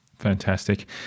Fantastic